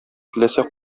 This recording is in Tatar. теләсә